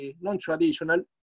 non-traditional